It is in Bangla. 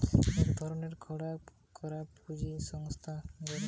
এক ধরণের খাড়া করা পুঁজি সংস্থা গুলার